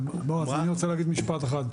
אני רוצה להגיד משפט אחד.